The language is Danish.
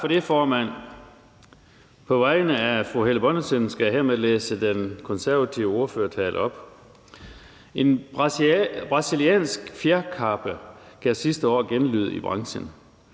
for det, formand. På vegne af fru Helle Bonnesen skal jeg hermed læse den konservative ordførertale op. En brasiliansk fjerkappe gav sidste år genlyd i branchen.